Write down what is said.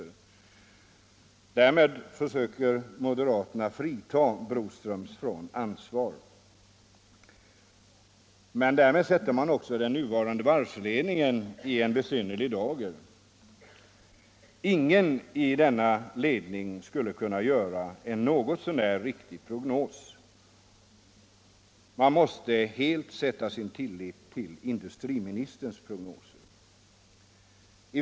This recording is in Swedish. Därmed försöker moderaterna frita Broströms från ansvar — men därmed sätter de också den nuvarande varvsledningen i en besynnerlig dager. Ingen i denna ledning skulle ju kunna göra en något så när riktig prognos. Man måste helt sätta sin tillit till industriministerns prognoser.